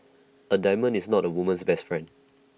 A diamond is not A woman's best friend